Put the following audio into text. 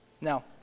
Now